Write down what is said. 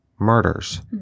murders